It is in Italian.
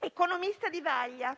Economista di vaglia,